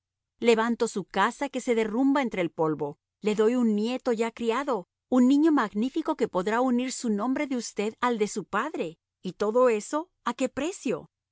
levanto su casa que se derrumba entre el polvo le doy un nieto ya criado un niño magnífico que podrá unir su nombre de usted al de su padre y todo eso a qué precio